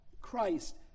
Christ